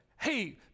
hey